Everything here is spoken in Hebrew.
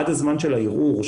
עד הזמן של הערעור,